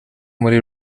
muri